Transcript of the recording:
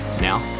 now